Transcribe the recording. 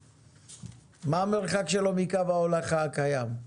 מה המרחק שלו מקו ההולכה הקיים?